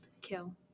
kill